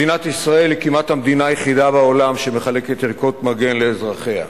מדינת ישראל היא כמעט המדינה היחידה בעולם שמחלקת ערכות מגן לאזרחיה.